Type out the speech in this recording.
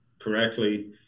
correctly